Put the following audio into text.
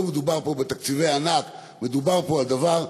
לא מדובר פה בתקציבי ענק, מדובר פה על דבר שמגיע,